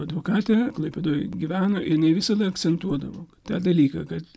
advokatė klaipėdoj gyvena jinai visada akcentuodavo tą dalyką kad